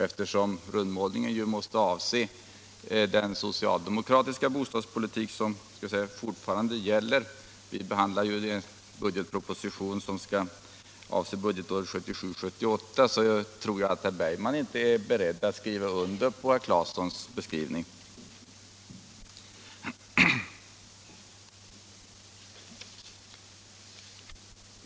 Eftersom rundmålningen måste avse den socialdemokratiska bostadspolitik som så att säga fortfarande gäller — vi behandlar ju den budgetproposition som avser budgetåret 1977/78 — tror jag inte herr Bergman är beredd att skriva under på herr Claesons beskrivning.